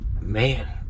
man